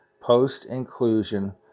post-inclusion